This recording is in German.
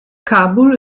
kabul